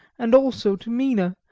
and also to mina,